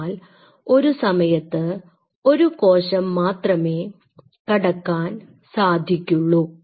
എന്നാൽ ഒരു സമയത്ത് ഒരു കോശം മാത്രമേ കടക്കാൻ സാധിക്കുള്ളൂ